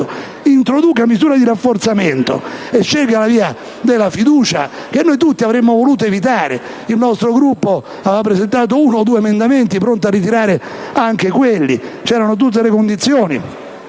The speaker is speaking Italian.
introduca misure di rafforzamento e scelga la via della fiducia, che noi tutti avremmo voluto evitare. Il nostro Gruppo, infatti, aveva presentato uno o due emendamenti, che era pronto a ritirare. Quindi, c'erano tutte le condizioni